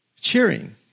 cheering